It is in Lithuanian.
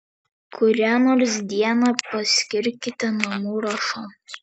kurią nors dieną paskirkite namų ruošoms